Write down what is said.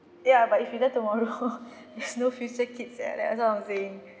ya but if you die tomorrow there's no future kids leh that's what I'm saying